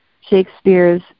Shakespeare's